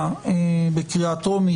אושרה בקריאה טרומית.